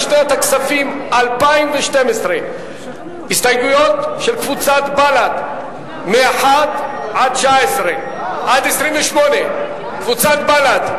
לשנת הכספים 2012. הסתייגויות של קבוצת בל"ד מ-1 עד 28. קבוצת בל"ד?